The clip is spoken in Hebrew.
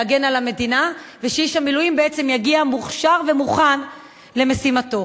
להגן על המדינה ושאיש המילואים בעצם יגיע מוכשר ומוכן למשימתו.